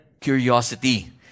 curiosity